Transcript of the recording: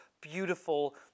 beautiful